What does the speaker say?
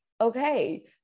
okay